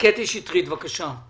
קטי שטרית, בבקשה.